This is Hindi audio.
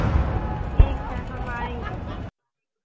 ठीक है हम आएँगे